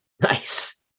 Nice